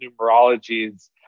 numerologies